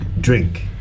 drink